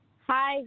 Hi